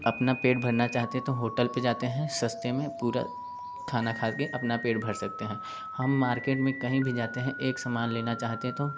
अपना पेट भरना चाहते हैं तो होटल पे जाते हैं सस्ते में पूरा खाना खा के अपना पेट भर सकते हैं हम मार्केट में कहीं भी जाते हैं एक सामान लेना चाहते हैं तो